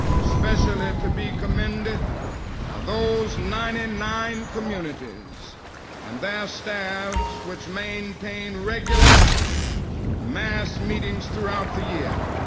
especially to be commended are those ninety-nine communities and their staffs which maintain regular mass meetings throughout the year.